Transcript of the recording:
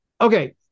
Okay